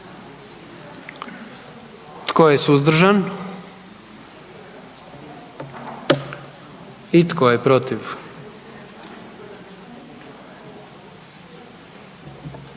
Tko je suzdržan? Tko je protiv?